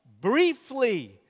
briefly